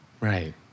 Right